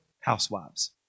Housewives